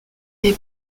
les